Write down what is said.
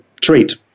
treat